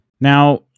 Now